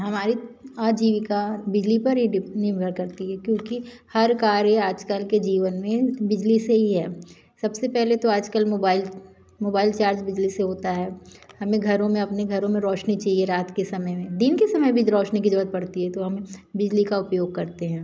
हमारी आजीविका बिजली पर ही निर्भर करती है क्योंकि हर कार्य आज कल के जीवन में बिजली से ही है सब से पहले तो आज कल मोबाइल मोबाइल चार्ज बिजली से होता है हमें घरों में अपने घरों में रोशनी चहिए रात के समय में दिन के समय भी रोशनी की ज़रूरत पड़ती है तो हम बिजली का उपयोग करते हैं